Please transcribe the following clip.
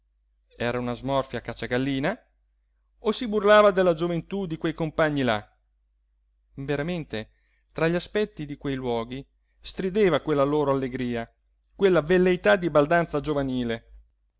era una smorfia a cacciagallina o si burlava della gioventú di quei compagni là veramente tra gli aspetti di quei luoghi strideva quella loro allegria quella velleità di baldanza giovanile